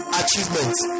achievements